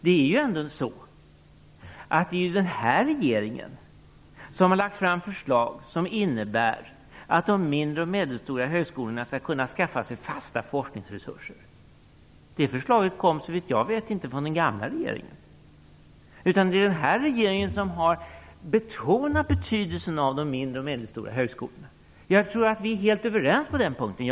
Det är ändå den här regeringen som har lagt fram förslag som innebär att de mindre och medelstora högskolorna skall kunna skaffa sig fasta forskningsresurser. Det förslaget kom såvitt jag vet inte från den gamla regeringen. Det är den här regeringen som har betonat betydelsen av de mindre och medelstora högskolorna. Jag tror att vi är helt överens på den punkten.